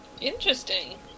Interesting